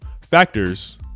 factors